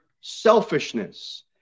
selfishness